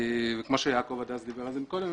כמו שיעקב הדס דיבר על זה מקודם,